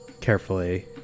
carefully